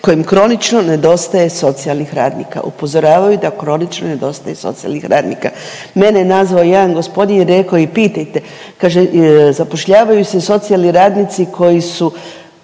kojim kronično nedostaje socijalnih radnika, upozoravaju da kronično nedostaje socijalnih radnika. Mene je nazvao jedan gospodin i rekao i pitajte, kaže, zapošljavaju se socijalni radnici koji su